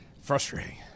Frustrating